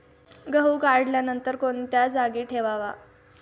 गहू काढल्यानंतर कोणत्या जागी ठेवावा?